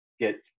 get